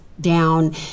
down